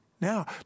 now